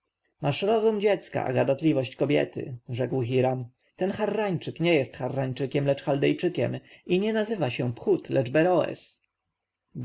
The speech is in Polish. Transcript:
masz rozum dziecka a gadatliwość kobiety rzekł hiram ten harrańczyk nie jest harrańczykiem lecz chaldejczykiem i nie nazywa się phut lecz